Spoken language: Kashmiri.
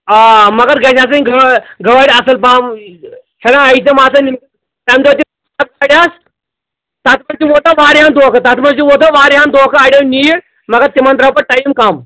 آ مَگر گژھِ آسٕنۍ گٲ گٲڑۍ اَصٕل پَہم ہیلو یہِ تِم آسَن تَمہِ دۄہ تہِ تَتھ منٛز تہِ ووت نہ واریاہَن دھوکہٕ تَتھ منٛز تہِ ووت نہ واریاہن دھوکہٕ اَڑیو نِیہِ مَگر تِمَن درٛاو پَتہٕ ٹایم کَم